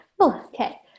okay